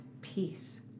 peace